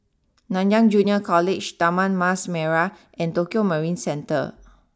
Nanyang Junior College Taman Mas Merah and Tokio Marine Center